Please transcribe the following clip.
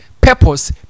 purpose